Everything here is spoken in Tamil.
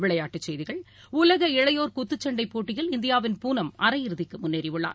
விளையாட்டுச் செய்திகள் உலக இளையோர் குத்துச்சண்டைபோட்டியில் இந்தியாவின் பூனம் அரையிறுதிக்குமுன்னேறியுள்ளார்